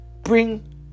bring